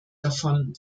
davon